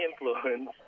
influence